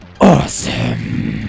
AWESOME